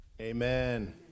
Amen